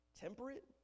temperate